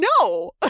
no